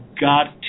got